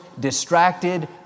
distracted